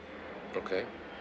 okay